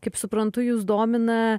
kaip suprantu jus domina